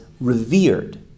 revered